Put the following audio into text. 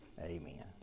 amen